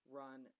run